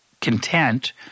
content